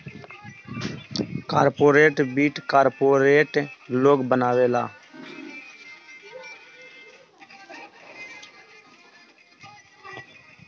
corporate वित्त corporate लोग बनावेला